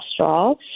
cholesterol